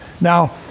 Now